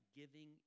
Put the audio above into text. giving